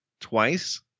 twice